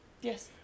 Yes